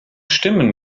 stimmen